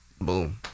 Boom